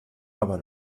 aber